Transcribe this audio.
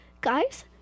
Guys